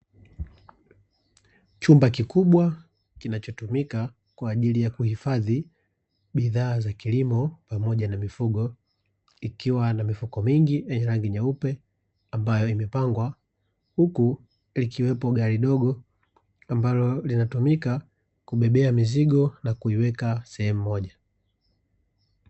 Chumba kikubwa kinachotumika kwa ajili ya kuhifadhi bidhaa za kilimo pamoja na mifugo, ikiwa na mifuko mingi yenye rangi nyeupe ambayo imepangwa huku likiwepo gari dogo ambalo linatumika kubebea mizigo na kuiweka sehemu moja.